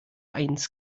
eins